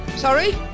Sorry